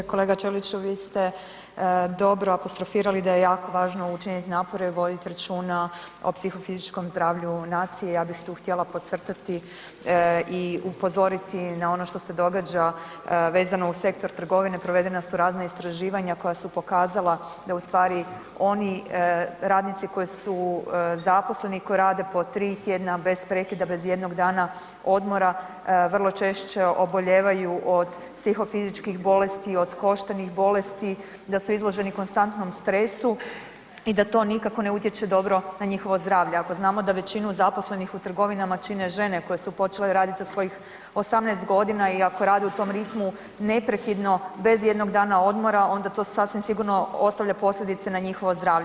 Kolega Ćeliću, vi ste dobro apostrofirali da je jako važno učiniti napore i voditi računa o psihofizičkom zdravlju nacije, ja bih tu htjela podcrtati i upozoriti na ono što se događa vezano uz sektor trgovine, provedena su razna istraživanja koja su pokazala da ustvari oni radnici koji su zaposleni i koji rade po 3 tjedna bez prekida, bez jednog dana odmora vrlo češće obolijevaju od psihofizičkih bolesti i od koštanih bolesti, da su izloženi konstantnom stresu i da to nikako ne utječe dobro na njihovo zdravlje, ako znamo da većinu zaposlenih u trgovinama čine žene koje su počele raditi od svojih 18 godina i ako rade u tom ritmu neprekidno bez ijednog dana odmora ona to sasvim sigurno ostavlja posljedice na njihovo zdravlje.